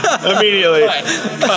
Immediately